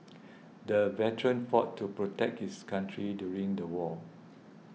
the veteran fought to protect his country during the war